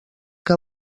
que